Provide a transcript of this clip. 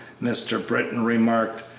mr. britton remarked,